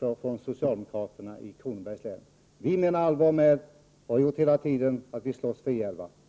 Vad vi socialdemokrater i Kronobergs län har sagt, det står vi för. Vi menar allvar med detta och har gjort det hela tiden: Vi slåss för I 11.